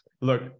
Look